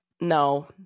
no